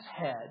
head